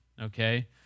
okay